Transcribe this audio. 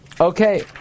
Okay